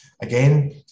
Again